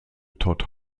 todd